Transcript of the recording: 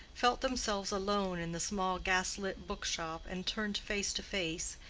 felt themselves alone in the small gas-lit book-shop and turned face to face,